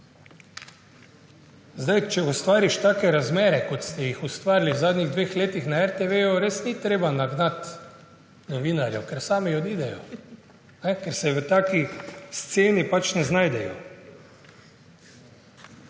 tu. Če ustvariš take razmere, kot ste jih vi ustvarili v zadnjih dveh letih na RTV, res ni treba nagnati novinarjev, ker sami odidejo, ker se v taki sceni pač ne znajdejo.